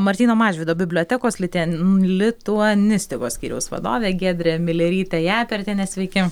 martyno mažvydo bibliotekos liten lituanistikos skyriaus vadovė giedrė milerytė japertienė sveiki